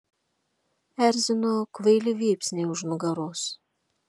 erzino kvaili vypsniai už nugaros